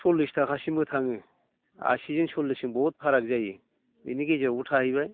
सल्लिस थाखासिमबो थाङो आसिजों सल्लिसजों बहुद फाराग जायो बेनि गेजेरावबो थाहैबाय